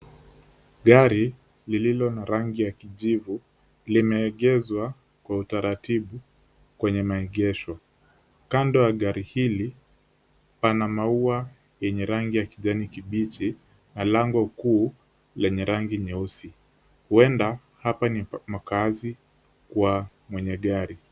Gari lililo na rangi ya kijivu limeegeshwa taratibu kwenye maegesho. Kando ya gari hili pana maua yenye rangi ya kijani kibichi na lango kuu lenye rangi nyeusi. Huenda hapa ni makaazi kwa mwenye gari.